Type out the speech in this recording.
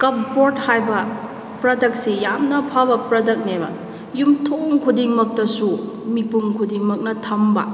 ꯀꯄꯕꯣꯔꯗ ꯍꯥꯏꯕ ꯄ꯭ꯔꯗꯛꯁꯤ ꯌꯥꯝꯅ ꯐꯕ ꯄ꯭ꯔꯗꯛꯅꯦꯕ ꯌꯨꯝꯊꯣꯡ ꯈꯨꯗꯤꯡꯃꯛꯇꯁꯨ ꯃꯤꯄꯨꯝ ꯈꯨꯗꯤꯡꯃꯛꯅ ꯊꯝꯕ